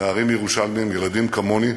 נערים ירושלמים, ילדים כמוני,